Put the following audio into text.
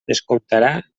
descomptarà